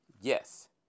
Yes